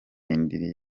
indiri